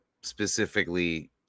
specifically